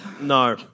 No